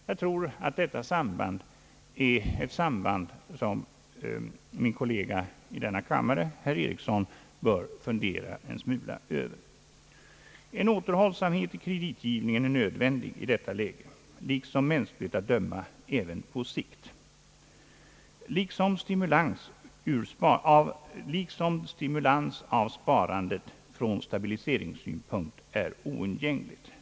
Jag tror att detta samband är ett samband som min kollega i denna kammare herr Eriksson bör fundera över. En återhållsamhet i kreditgivningen är nödvändig i detta läge, liksom mänskligt att döma även på sikt — liksom stimulans av sparandet från stabiliseringssynpunkt är oundgänglig.